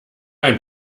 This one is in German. ein